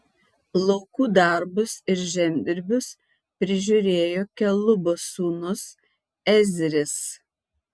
laukų darbus ir žemdirbius prižiūrėjo kelubo sūnus ezris